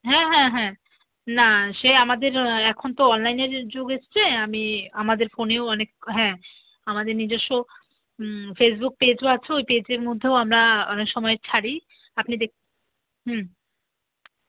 হ্যাঁ হ্যাঁ হ্যাঁ না সে আমাদের এখন তো অনলাইনের যুগ এসছে আমি আমাদের ফোনেও অনেক হ্যাঁ আমাদের নিজেস্ব ফেসবুক পেজও আছে ওই পেজের মধ্যেও আমরা অনেক সময় ছাড়ি আপনি দেক হুম